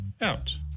out